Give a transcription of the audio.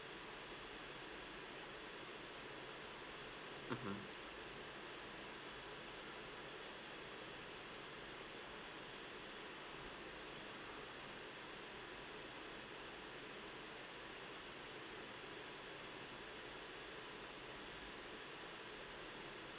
mmhmm